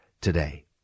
today